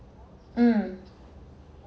mm